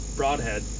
broadhead